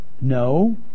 no